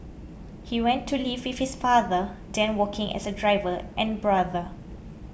he went to live with his father then working as a driver and brother